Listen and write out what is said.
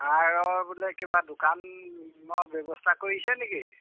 সাৰৰ বোলে কিবা দোকানৰ ব্যৱস্থা কৰিছে নেকি